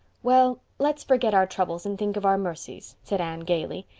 well, let's forget our troubles and think of our mercies, said anne gaily.